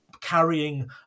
carrying